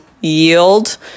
yield